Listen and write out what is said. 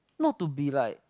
not to be like